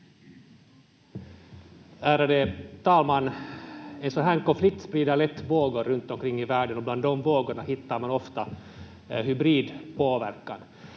Ärade talman! En sådan här konflikt sprider lätt vågor runt omkring i världen, och bland de vågorna hittar man ofta hybridpåverkan.